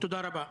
תודה רבה.